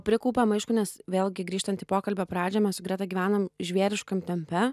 prikaupiam aišku nes vėlgi grįžtant į pokalbio pradžią mes su greta gyvenam žvėriškam tempe